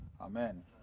Amen